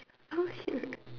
oh sure